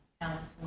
California